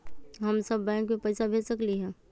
हम सब बैंक में पैसा भेज सकली ह?